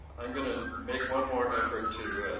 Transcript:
i'm going to make one more effort to